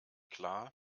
klar